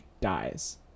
dies